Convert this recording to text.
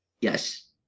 yes